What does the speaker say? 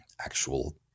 actual